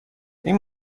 این